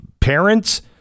parents